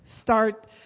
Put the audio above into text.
start